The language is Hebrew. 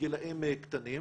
גילאים קטנים.